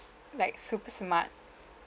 like super smart